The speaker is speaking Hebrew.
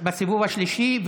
בסיבוב השלישי.